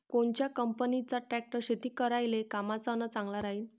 कोनच्या कंपनीचा ट्रॅक्टर शेती करायले कामाचे अन चांगला राहीनं?